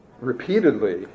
repeatedly